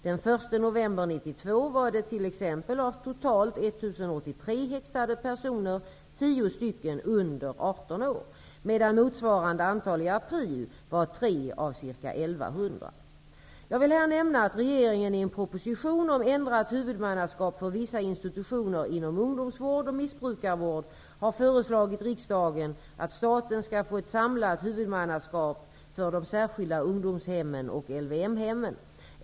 Den 1 Jag vill här nämna att regeringen i en proposition om ändrat huvudmannaskap för vissa institutioner inom ungdomsvård och missbrukarvård har föreslagit riksdagen att staten skall få ett samlat huvudmannaskap för de särskilda ungdomshemmen och LVM-hemmen.